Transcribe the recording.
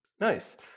Nice